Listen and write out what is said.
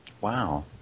wow